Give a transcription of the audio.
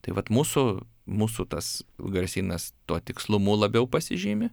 tai vat mūsų mūsų tas garsynas tuo tikslumu labiau pasižymi